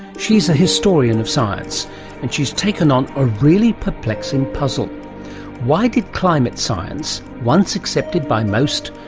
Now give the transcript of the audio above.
she's a historian of science and she's taken on a really perplexing puzzle why did climate science, once accepted by most,